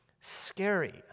scary